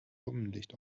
sonnenlicht